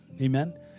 Amen